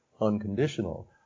unconditional